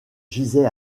gisait